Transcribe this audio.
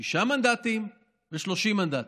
שישה מנדטים ו-30 מנדטים.